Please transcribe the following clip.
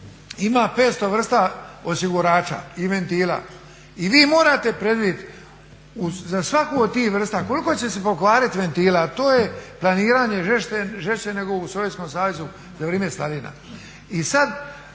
ima 500 vrsta osigurača i ventila. I vi morate predvidit za svaku od tih vrsta koliko će se pokvarit ventila. To je planiranje žešće nego u Sovjetskom Savezu za vrijeme Staljina.